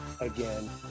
again